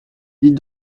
dites